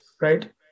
right